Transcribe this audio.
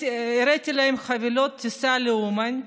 הראיתי להם חבילות טיסה לאומן,